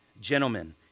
Gentlemen